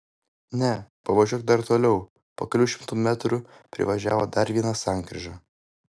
ne pavažiuok dar toliau po kelių šimtų metrų privažiavo dar vieną sankryžą